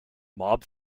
mob